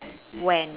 when